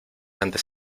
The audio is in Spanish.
antes